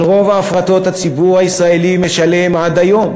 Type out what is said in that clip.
על רוב ההפרטות הציבור הישראלי משלם עד היום.